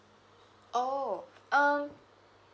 oh um